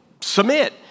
Submit